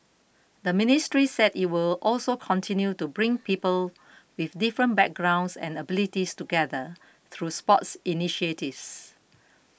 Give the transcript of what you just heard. the ministry said it will also continue to bring people with different backgrounds and abilities together through sports initiatives